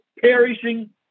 perishing